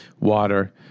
water